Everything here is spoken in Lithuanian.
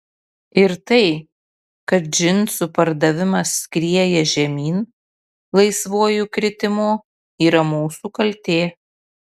ir tai kad džinsų pardavimas skrieja žemyn laisvuoju kritimu yra mūsų kaltė